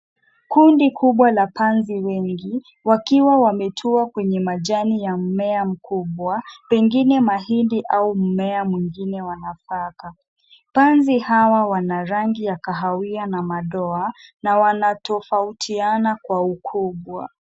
Kundi kubwa la panzi wengi wakiwa wametua kwenye majani ya mmea mkubwa pengine mahindi au mmea mwingine wa nafaka . Panzi hawa wana rangi ya kahawia na madoa na wanatofautiana kwa ukubwa.